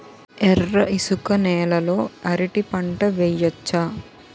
ఎర్ర ఇసుక నేల లో అరటి పంట వెయ్యచ్చా?